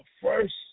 First